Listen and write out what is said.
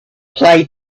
play